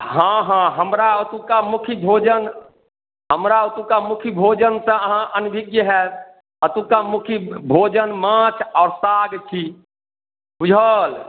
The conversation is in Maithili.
हँ हँ हमरा ओतुका मुख्य भोजन हमरा ओतुका मुख्य भोजनसँ अहाँ अनभिज्ञ हाएब अतुका मुख्य भोजन माँछ आओर साग छी बुझल